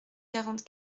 quarante